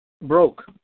Broke